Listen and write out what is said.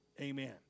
amen